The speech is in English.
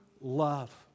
love